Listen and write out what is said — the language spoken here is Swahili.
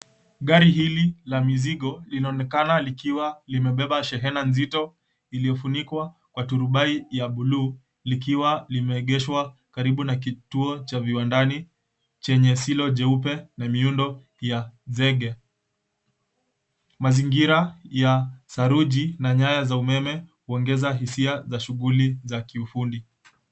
Gari hili la mizigo linaonekana likiwa limebeba shehena nzito iliyofunikwa kwa turubai ya buluu likiwa limeegeshwa karibu na kituo cha viwandani chenye silo jeupe na miundo ya zege. Mazingira ya saruji na nyaya za umeme huongeza hisia za shughuli za kiufundi.